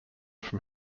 from